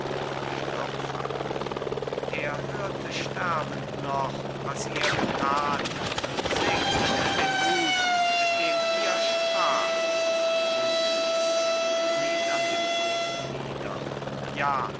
er hörte sterbend noch was ihr getan und segnete den mut mit dem ihr spracht rudenz kniet an dem toten nieder ja